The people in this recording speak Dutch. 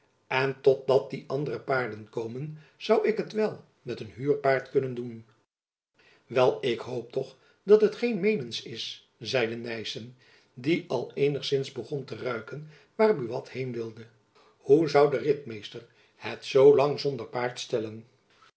en tot dat die andere paarden komen zoû ik het wel met een huurpaard kunnen doen wel ik hoop toch dat het geen meenens is zeide nyssen die al eenigzins begon te ruiken waar buat heen wilde hoe zoû de ritmeester het zoo lang zonder paard stellen